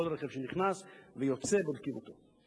כל רכב שנכנס ויוצא בודקים אותו.